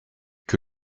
que